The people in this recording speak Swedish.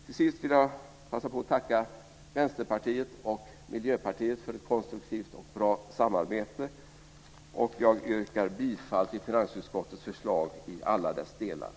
Till sist vill jag passa på att tacka Vänsterpartiet och Miljöpartiet för ett konstruktivt och bra samarbete. Jag yrkar bifall till finansutskottets förslag i alla dess delar.